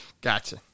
Gotcha